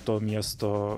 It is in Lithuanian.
to miesto